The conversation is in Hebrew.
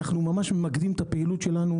אנחנו ממש ממקדים את הפעילות שלנו